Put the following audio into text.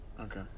okay